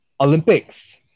Olympics